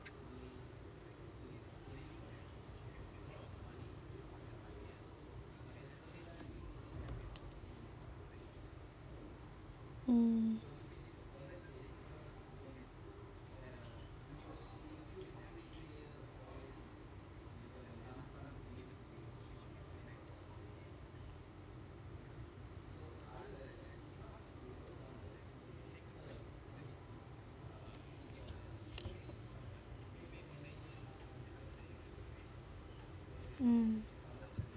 mm mm